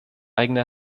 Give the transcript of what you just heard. eigene